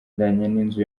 n’inzu